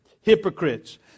hypocrites